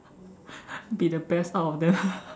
be the best out of them